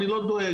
אני לא דואג,